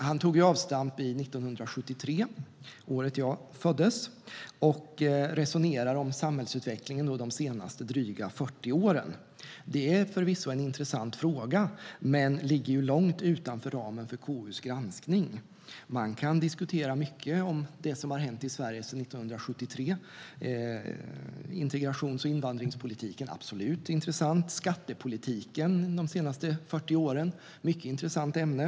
Han tog avstamp i 1973, året jag föddes, och resonerade om samhällsutvecklingen de senaste dryga 40 åren. Det är förvisso en intressant fråga men ligger långt utanför ramen för KU:s granskning. Man kan diskutera mycket om det som har hänt i Sverige sedan 1973. Integrations och invandringspolitiken är absolut intressant. Skattepolitiken de senaste 40 åren är ett mycket intressant ämne.